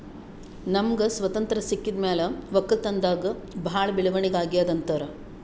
ನಮ್ಗ್ ಸ್ವತಂತ್ರ್ ಸಿಕ್ಕಿದ್ ಮ್ಯಾಲ್ ವಕ್ಕಲತನ್ದಾಗ್ ಭಾಳ್ ಬೆಳವಣಿಗ್ ಅಗ್ಯಾದ್ ಅಂತಾರ್